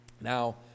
Now